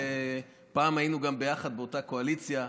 ופעם גם היינו ביחד באותה קואליציה.